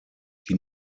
die